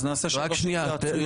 אז נעשה שלוש התייעצויות סיעתיות.